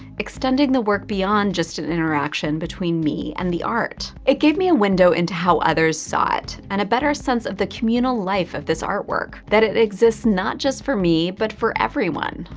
extending the work beyond just an interaction between me and the art. it gave me a window into how others saw it. and a better sense of the communal life of this artwork, that it exists not just for me but for everyone.